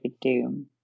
doom